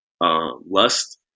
Lust